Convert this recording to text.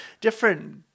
different